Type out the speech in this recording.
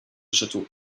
château